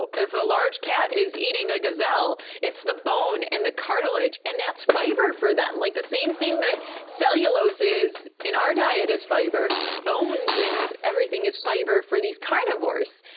but if a large cat is eating a gazelle, it's the bone and the cartilage, and that's fiber for them. and like the same thing that cellulose is in our diet is fiber, bones and everything is fiber for these carnivores.